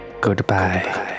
goodbye